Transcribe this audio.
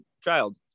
child